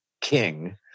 King